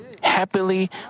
happily